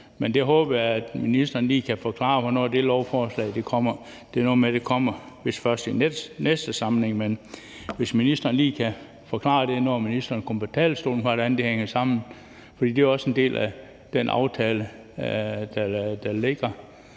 men jeg håber, ministeren lige kan forklare, hvornår det lovforslag kommer. Det er noget med, at det vist først kommer i næste samling, men jeg håber, at ministeren lige kan forklare, når ministeren kommer på talerstolen, hvordan det hænger sammen, for det er også en del af den aftale, der ligger,